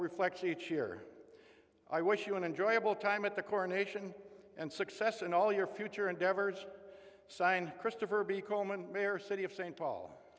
reflects each year i wish you an enjoyable time at the coronation and success in all your future endeavors sign christopher be calm and their city of st paul